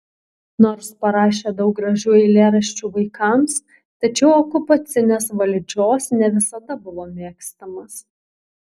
nors parašė daug gražių eilėraščių vaikams tačiau okupacinės valdžios ne visada buvo mėgstamas